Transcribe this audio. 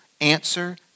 answer